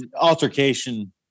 altercation